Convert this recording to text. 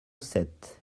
sept